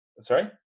sorry